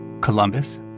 Columbus